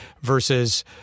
versus